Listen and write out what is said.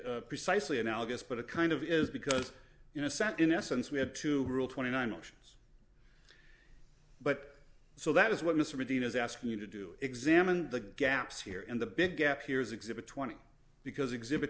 not precisely analogous but it kind of is because you know sat in essence we had to rule twenty nine motions but so that is what mr dean is asking you to do examined the gaps here and the big gap here is exhibit twenty because exhibit